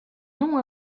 non